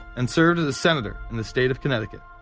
and served as a senator in the state of connecticut.